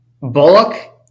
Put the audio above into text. Bullock